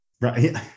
Right